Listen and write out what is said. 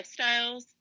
lifestyles